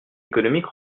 économique